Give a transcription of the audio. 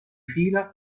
fila